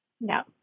No